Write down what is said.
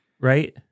right